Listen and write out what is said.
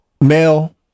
male